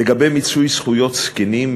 לגבי מיצוי זכויות זקנים,